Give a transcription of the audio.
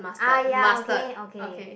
ah ya okay okay